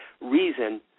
reason